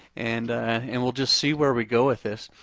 and and we'll just see where we go with this.